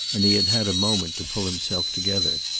and he had had a moment to pull himself together.